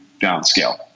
downscale